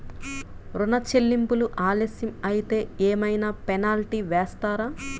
ఋణ చెల్లింపులు ఆలస్యం అయితే ఏమైన పెనాల్టీ వేస్తారా?